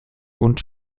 und